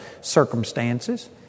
circumstances